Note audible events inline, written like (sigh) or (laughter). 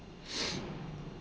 (noise)